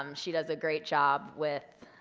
um she does a great job with